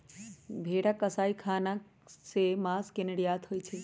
भेरा कसाई ख़ना से मास के निर्यात होइ छइ